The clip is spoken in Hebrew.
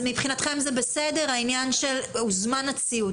מבחינתכם זה בסדר, העניין של הוזמן הציוד?